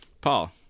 Paul